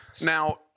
Now